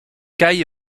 kai